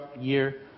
year